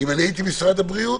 אם אני הייתי משרד הבריאות,